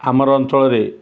ଆମର ଅଞ୍ଚଳରେ